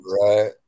Right